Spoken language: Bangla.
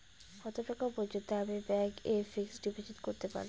কত টাকা পর্যন্ত আমি ব্যাংক এ ফিক্সড ডিপোজিট করতে পারবো?